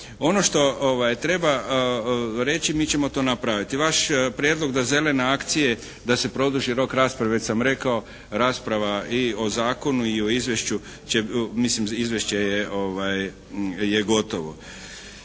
Ono što treba reći mi ćemo to napraviti. Vaš prijedlog da “zelene akcije“ da se produži rok rasprave već sam rekao, rasprava i o zakonu i o izvješću će mislim izvješće je gotovo.